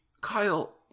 Kyle